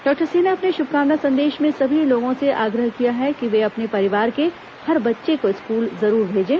doctor Singh ने अपने श्भकामना संदेश में सभी लोगों से आग्रह किया है कि वे अपने परिवार के हर बच्चे को स्कूल जरूर भेजें